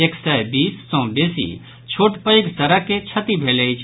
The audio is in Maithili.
एक सय बीस सॅ बेसी छोट पैघ सड़के क्षति भेल अछि